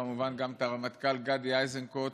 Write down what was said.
כמובן גם את הרמטכ"ל גדי איזנקוט,